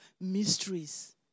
mysteries